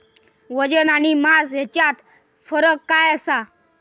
वजन आणि मास हेच्यात फरक काय आसा?